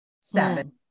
seven